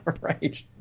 Right